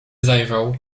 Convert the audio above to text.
zajrzał